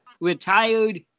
retired